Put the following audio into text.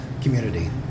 community